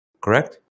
correct